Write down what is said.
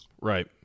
Right